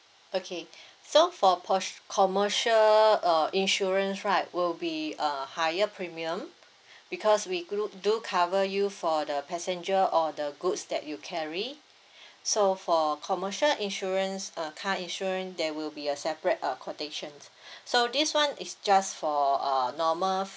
okay so for posh commercial uh insurance right will be a higher premium because we glu~ do cover you for the passenger or the goods that you carry so for commercial insurance uh car insurance there will be a separate uh quotation so this one is just for uh normal